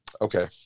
Okay